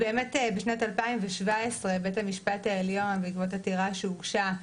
בשנת 2017 בית המשפט העליון, בעקבות עתירה שהוגשה,